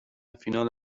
فینال